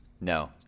No